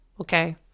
Okay